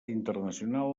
internacional